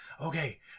okay